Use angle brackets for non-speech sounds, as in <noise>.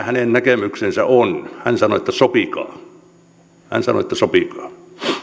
<unintelligible> hänen näkemyksensä on siitä miten pitäisi neuvoa hän sanoi että sopikaa hän sanoi että sopikaa